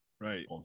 Right